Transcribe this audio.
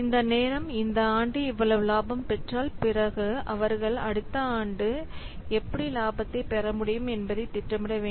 இந்த நேரம் இந்த ஆண்டு இவ்வளவு லாபம் பெற்றால் பிறகு அவர்கள் அடுத்த ஆண்டு எப்படி இலாபத்தை பெறமுடியும் என்பதை திட்டமிட வேண்டும்